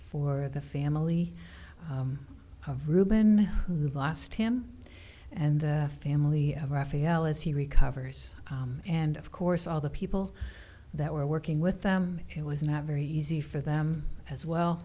for the family of reuben who lost him and the family of raphael as he recovers and of course all the people that were working with them it was not very easy for them as well